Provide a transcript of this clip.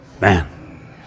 Man